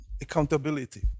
accountability